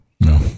No